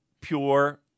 pure